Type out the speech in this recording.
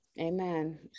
Amen